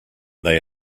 they